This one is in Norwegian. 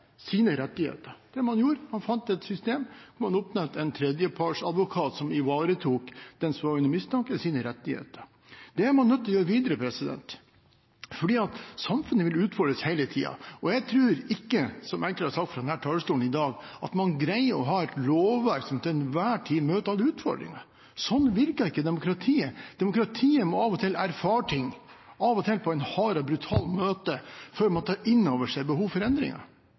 sine rettigheter? Det man gjorde, var at man fant et system der man oppnevnte en tredjepartsadvokat som ivaretok rettighetene til den som var under mistanke. Det er man nødt til å gjøre videre, for samfunnet vil hele tiden utfordres. Jeg tror ikke, som enkelte har sagt fra denne talerstolen i dag, at man greier å ha et lovverk som til enhver tid møter alle utfordringene. Slik virker ikke demokratiet. Demokratiet må av og til erfare ting – av og til på en hard og brutal måte – før man tar innover seg behovet for endringer.